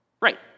Right